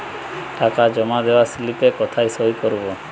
টাকা জমা দেওয়ার স্লিপে কোথায় সই করব?